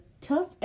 tough